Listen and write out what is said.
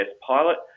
pilot